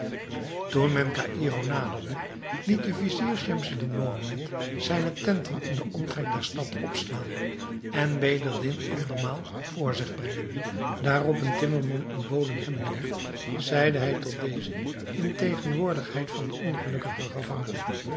toen men caïro naderde liet de vizier schemseddin mohammed zijne tenten in den omtrek der stad opslaan en bedreddin andermaal voor zich brengen daarop een timmerman ontboden hebbende zeide hij tot dezen in tegenwoordigheid van den ongelukkigen gevangene